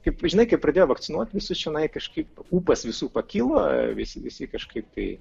kaip žinai kai pradėjo vakcinuoti visus čionai kažkaip ūpas visų pakilo visi visi kažkaip tai